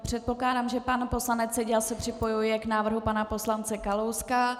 Předpokládám, že pan poslanec Seďa se připojuje k návrhu pana poslance Kalouska.